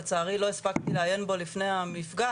לצערי לא הספקתי לעיין בו לפני המפגש,